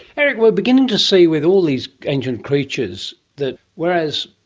erich, we're beginning to see with all these ancient creatures that whereas,